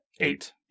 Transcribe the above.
eight